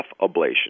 ablation